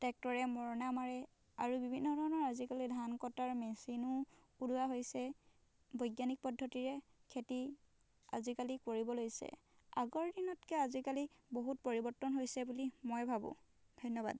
ট্ৰেক্টৰে মৰণা মাৰে আৰু বিভিন্ন ধৰণৰ আজিকালি ধান কটাৰ মেচিনো ওলোৱা হৈছে বৈজ্ঞানিক পদ্ধতিৰে খেতি আজিকালি কৰিব লৈছে আগৰ দিনতকৈ আজিকালি বহুত পৰিবৰ্তন হৈছে বুলি মই ভাবোঁ ধন্যবাদ